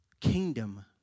kingdom